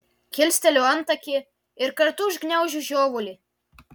kilsteliu antakį ir kartu užgniaužiu žiovulį